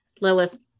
Lilith